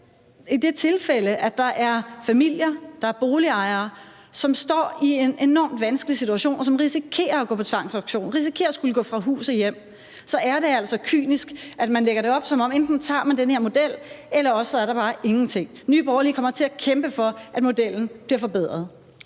i det tilfælde, at der er familier, der er boligejere, som står i en enorm vanskelig situation, og som risikerer at gå på tvangsauktion, risikerer at skulle gå fra hus og hjem, så er det altså kynisk, at man lægger det op sådan, at enten tager man den her model, eller også er der ingenting. Nye Borgerlige kommer til at kæmpe for, at modellen bliver forbedret.